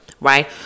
Right